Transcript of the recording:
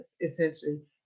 essentially